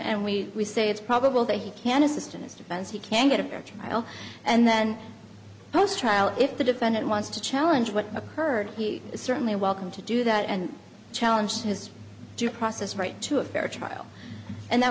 and we say it's probable that he can assist in his defense he can get a fair trial and then post trial if the defendant wants to challenge what occurred he is certainly welcome to do that and challenge his due process right to a fair trial and that